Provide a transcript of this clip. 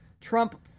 Trump